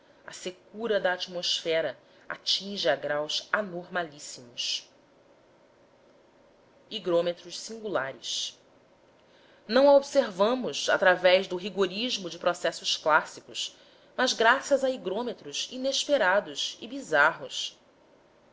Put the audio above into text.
a secura da atmosfera atinge a graus anormalíssimos higrômetros singulares não a observamos através do rigorismo de processos clássicos mas graças a higrômetros inesperados e bizarros